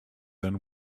than